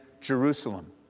Jerusalem